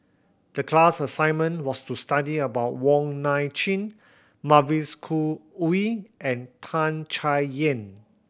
the class assignment was to study about Wong Nai Chin Mavis Khoo Oei and Tan Chay Yan